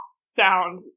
sound